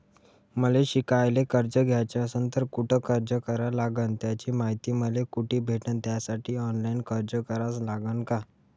मले शिकायले कर्ज घ्याच असन तर कुठ अर्ज करा लागन त्याची मायती मले कुठी भेटन त्यासाठी ऑनलाईन अर्ज करा लागन का?